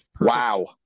Wow